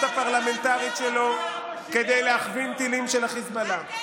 הפרלמנטרית שלו כדי להכווין טילים של החיזבאללה.